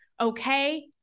okay